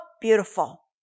beautiful